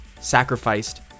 sacrificed